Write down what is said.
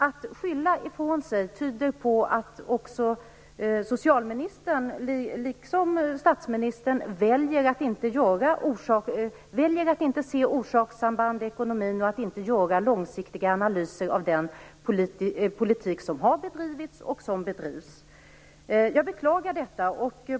Att skylla ifrån sig tyder på att socialministern, liksom statsministern, väljer att inte se orsakssamband i ekonomin och att inte göra långsiktiga analyser av den politik som har bedrivits och av den som bedrivs. Jag beklagar detta.